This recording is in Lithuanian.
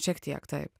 šiek tiek taip